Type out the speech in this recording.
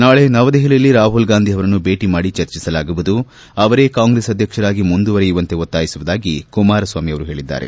ನಾಳೆ ನವದೆಹಲಿಯಲ್ಲಿ ರಾಹುಲ್ ಗಾಂಧಿ ಅವರನ್ನು ಭೇಟ ಮಾಡಿ ಚರ್ಚಿಸಲಾಗುವುದು ಅವರೇ ಕಾಂಗ್ರೆಸ್ ಅಧ್ಯಕ್ಷರಾಗಿ ಮುಂದುವರೆಯುವಂತೆ ಒತ್ತಾಯಿಸುವುದಾಗಿ ಕುಮಾರಸ್ವಾಮಿ ಅವರು ತಿಳಿಸಿದ್ದಾರೆ